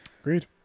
Agreed